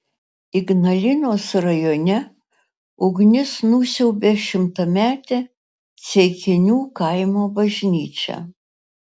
ignalinos rajone ugnis nusiaubė šimtametę ceikinių kaimo bažnyčią